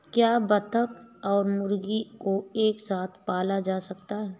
क्या बत्तख और मुर्गी को एक साथ पाला जा सकता है?